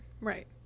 right